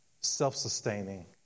self-sustaining